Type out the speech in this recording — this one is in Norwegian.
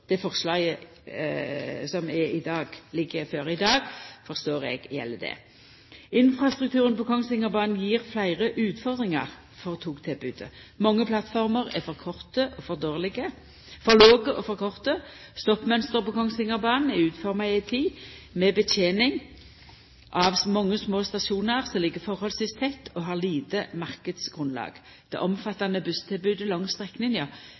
det forslaget som ligg føre i dag, forstår eg gjeld det. Infrastrukturen på Kongsvingerbanen gjev fleire utfordringar for togtilbodet. Mange plattformer er for låge og for korte. Stoppmønsteret på Kongsvingerbanen er utforma i ei tid med betjening av mange små stasjonar som ligg forholdsvis tett og har lite marknadsgrunnlag. Det